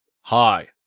Hi